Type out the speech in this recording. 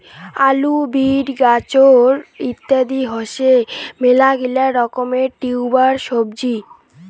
আলু, বিট, গাজর ইত্যাদি হসে মেলাগিলা রকমের টিউবার সবজি